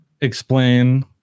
explain